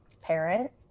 parent